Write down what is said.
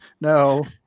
No